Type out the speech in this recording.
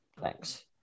thanks